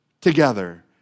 together